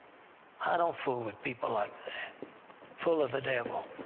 i don't fool with people like that full of the devil.